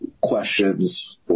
questions